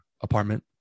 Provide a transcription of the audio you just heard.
apartment